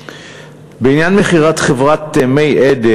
בעניין מכירת חברת "מי עדן",